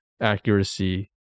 accuracy